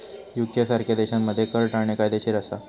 UK सारख्या देशांमध्ये कर टाळणे कायदेशीर असा